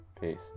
Peace